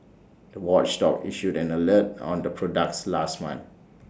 the watchdog issued an alert on the products last month